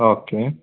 okay